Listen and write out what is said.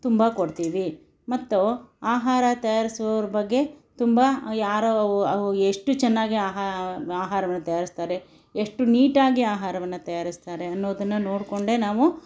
ತುಂಬ ಕೊಡ್ತೀವಿ ಮತ್ತು ಆಹಾರ ತಯಾರಿಸುವವರ ಬಗ್ಗೆ ತುಂಬ ಯಾರೋ ಎಷ್ಟು ಚೆನ್ನಾಗಿ ಆಹಾರವನ್ನು ತಯಾರಿಸ್ತಾರೆ ಎಷ್ಟು ನೀಟಾಗಿ ಆಹಾರವನ್ನು ತಯಾರಿಸ್ತಾರೆ ಅನ್ನೋದನ್ನು ನೋಡ್ಕೊಂಡೆ ನಾವು